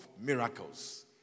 miracles